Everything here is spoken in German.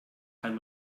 kann